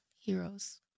heroes